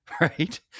right